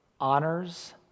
honors